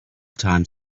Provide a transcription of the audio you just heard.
time